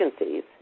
agencies